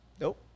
Nope